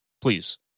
please